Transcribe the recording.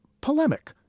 polemic